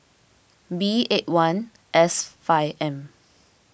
B eight one S five M